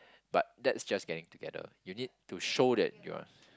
but that's just getting together you need to show that you're